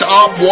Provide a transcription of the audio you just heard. up